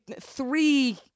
three